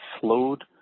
slowed